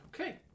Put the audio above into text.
Okay